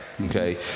Okay